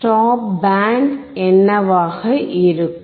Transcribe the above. stop band என்னவாக இருக்கும்